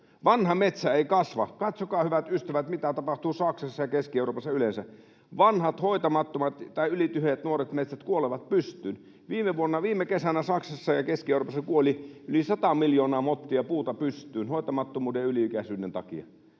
Vanha metsä ei kasva. Katsokaa, hyvät ystävät, mitä tapahtuu Saksassa ja Keski-Euroopassa yleensä: vanhat, hoitamattomat tai ylitiheät nuoret metsät kuolevat pystyyn. Viime kesänä Saksassa ja Keski-Euroopassa kuoli yli 100 miljoonaa mottia puuta pystyyn hoitamattomuuden ja yli-ikäisyyden takia.